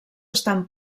estan